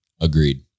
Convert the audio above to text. Agreed